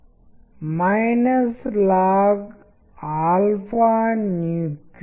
మళ్ళీ మనము చిత్రాలు మరియు టెక్ట్స్ లేదా కాంక్రీట్ కవిత్వానికి తిరిగి వెల్దాము